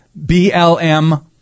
BLM